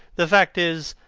the fact is,